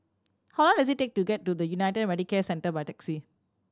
how long does it take to get to the United Medicare Centre by taxi